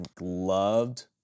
loved